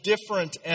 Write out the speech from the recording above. different